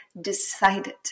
decided